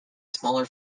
smaller